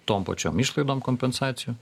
tom pačiom išlaidom kompensacijų